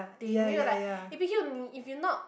they knew it like eh P_Q i if you not